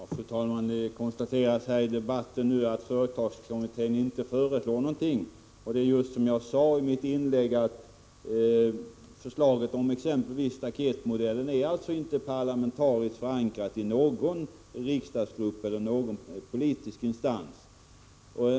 Fru talman! Det är konstaterat i debatten att företagsskattekommittén inte föreslår någonting i de här frågorna. Det är precis som jag sade i mitt inlägg — förslaget om staketmodellen är alltså inte parlamentariskt förankrat i någon riksdagsgrupp eller någon politisk instans.